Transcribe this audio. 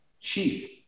chief